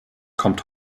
kommt